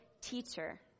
teacher